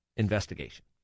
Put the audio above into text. investigation